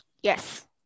Yes